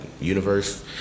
universe